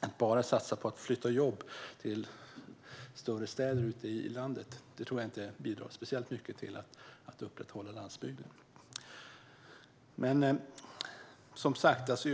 Att bara satsa på att flytta jobb till större städer ute i landet tror jag inte bidrar speciellt mycket till att upprätthålla landsbygden. Men, som sagt,